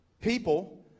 people